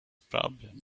problem